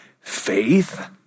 faith